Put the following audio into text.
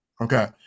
Okay